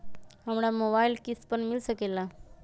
हमरा मोबाइल किस्त पर मिल सकेला?